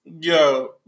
Yo